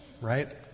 Right